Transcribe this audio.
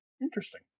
Interesting